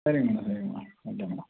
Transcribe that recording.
சரிங்க மேடம் சரிங்க madam okay madam